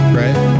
right